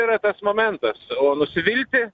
yra tas momentas o nusivilti